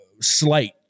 slight